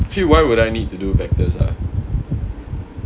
actually why would I need to do vectors ah